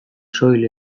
soil